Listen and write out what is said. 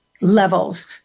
levels